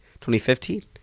2015